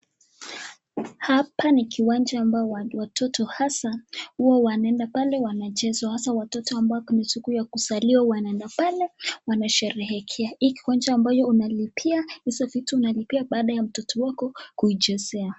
Hapa ni kiwanja ambao watoto hasa huwa wanaenda pale wanacheza haswa watoto ambao ni siku ya kusaliwa wanaenda pale wanasherehekea. Hiki kiwanja ambayo unalipia hizo vitu unlipa baada ya mtoto wako kuichezea.